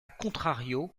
contrario